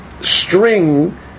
string